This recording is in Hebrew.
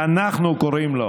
שאנחנו קוראים לו